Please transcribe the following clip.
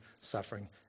suffering